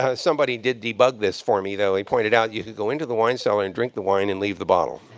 somebody did debug this for me, though. he pointed out, you could go into the wine cellar and drink the wine and leave the bottle.